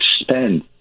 spend